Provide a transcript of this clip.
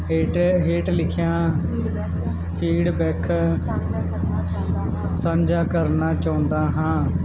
ਹੇਠ ਹੇਠ ਲਿਖੀਆਂ ਫੀਡਬੈਕ ਸਾਂਝਾ ਕਰਨਾ ਚਾਹੁੰਦਾ ਹਾਂ